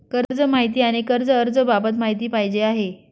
कर्ज माहिती आणि कर्ज अर्ज बाबत माहिती पाहिजे आहे